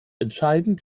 entscheidend